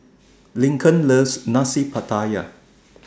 Lincoln loves Nasi Pattaya